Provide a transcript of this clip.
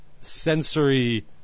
Sensory